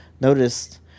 Noticed